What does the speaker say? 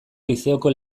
lizeoko